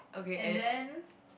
and then